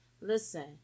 listen